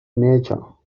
nature